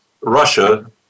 Russia